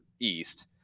east